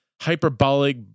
hyperbolic